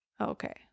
Okay